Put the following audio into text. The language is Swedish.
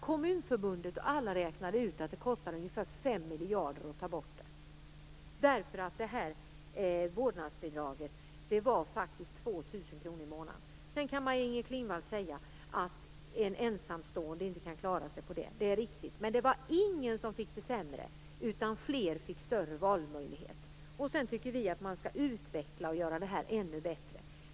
Kommunförbundet och alla andra räknade ut att det kostade ungefär 5 miljarder kronor att ta bort vårdnadsbidraget som var på 2 000 kr i månaden. Sedan kan Maj-Inger Klingvall säga att en ensamstående inte kan klara sig på detta, och det är riktigt. Men det var ingen som fick det sämre, utan fler fick större valmöjlighet. Sedan tycker vi att man skall utveckla och göra detta ännu bättre.